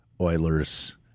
Oilers